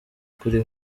kuri